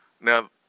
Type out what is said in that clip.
Now